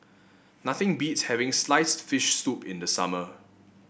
nothing beats having sliced fish soup in the summer